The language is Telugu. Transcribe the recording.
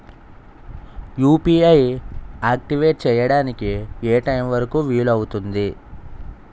యు.పి.ఐ ఆక్టివేట్ చెయ్యడానికి ఏ టైమ్ వరుకు వీలు అవుతుంది?